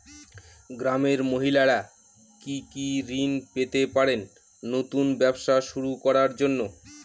গ্রামের মহিলারা কি কি ঋণ পেতে পারেন নতুন ব্যবসা শুরু করার জন্য?